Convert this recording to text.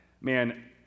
Man